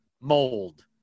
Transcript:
mold